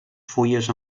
fulles